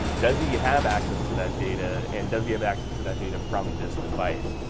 does he have access to that data? and does he have access to that data from this device?